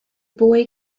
boy